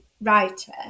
writer